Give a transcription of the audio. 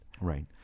Right